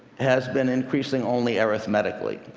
has been increasing only arithmetically.